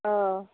অ'